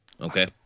Okay